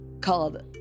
called